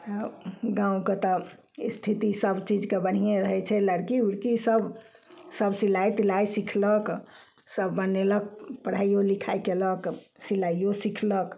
गाँव गाँवके तऽ स्थिति सब चीजके बढ़िये रहय छै लड़की उड़की सब सब सिलाइ तिलाइ सीखलक सब बनेलक पढ़ाइयो लिखाइ कयलक सिलाइयो सीखलक